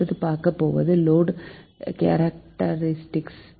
அடுத்தது பார்க்கப்போவது load characteristics